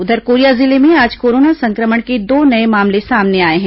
उधर कोरिया जिले में आज कोरोना संक्रमण के दो नये मामले सामने आए हैं